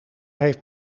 heeft